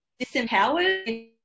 disempowered